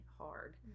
hard